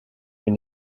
mais